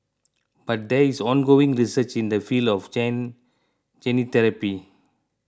but there is ongoing research in the field of gene gene therapy